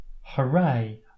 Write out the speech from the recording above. Hooray